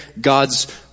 God's